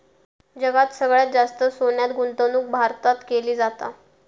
जगात सगळ्यात जास्त सोन्यात गुंतवणूक भारतात केली जाता